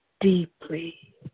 deeply